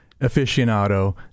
aficionado